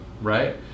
right